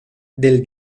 del